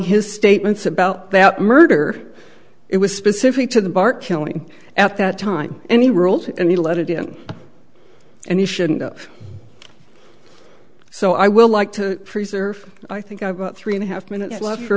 his statements about that murder it was specific to the bart killing at that time and he ruled and he let it in and he shouldn't so i will like to preserve i think i've got three and a half minutes left for